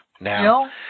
now